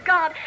God